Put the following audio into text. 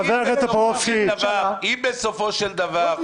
חבר הכנסת טופורובסקי --- אם בסופו של דבר- -- ראש